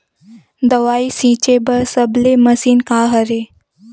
दवाई छिंचे बर सबले मशीन का हरे?